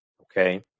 okay